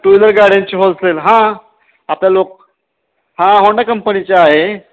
to wheeler गाड्यांची wholesale हां आपल्या लोक हां होंडा कंपनीचा आहे